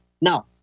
Now